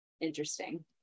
interesting